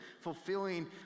fulfilling